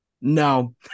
No